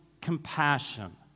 compassion